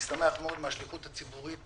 אני שמח מאוד על השליחות הציבורית